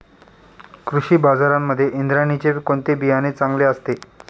कृषी बाजारांमध्ये इंद्रायणीचे कोणते बियाणे चांगले असते?